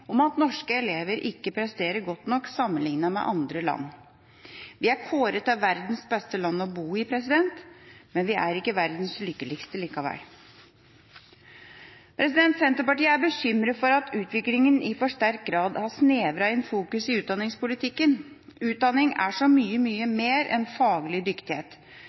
om at norske elever ikke presterer godt nok sammenlignet med andre land. Vi er kåret til verdens beste land å bo i, men vi er ikke verdens lykkeligste allikevel. Senterpartiet er bekymret for at utviklingen i for sterk grad har snevret inn fokuset i utdanningspolitikken. Utdanning er så mye, mye mer enn faglig dyktighet.